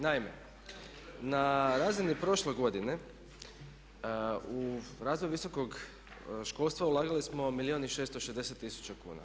Naime, na razini prošle godine u razvoj visokog školstva ulagali smo milijun i 660 tisuća kuna.